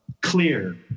clear